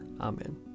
Amen